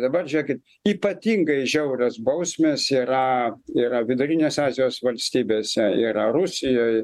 dabar žiūrėkit ypatingai žiaurios bausmės yra yra vidurinėse azijos valstybėse yra rusijoj